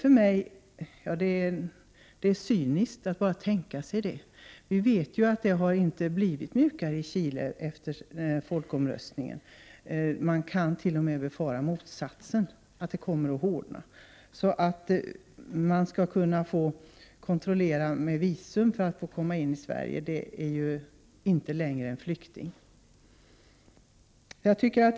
Vi vet ju att det inte har blivit mjukare i Chile efter folkomröstningen. Man kan t.o.m. befara motsatsen, att det kommer att hårdna. Om någon har fått visum för att komma till Sverige kan man knappast längre tala om en flykting.